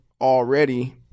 Already